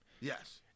Yes